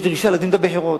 יש דרישה להקדים את הבחירות.